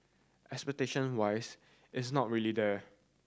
expectation wise it's not really there